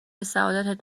سعادتت